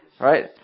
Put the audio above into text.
right